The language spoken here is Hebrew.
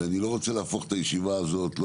ואני לא רוצה להפוך את הישיבה הזאת לא